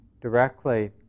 directly